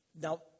now